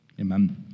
Amen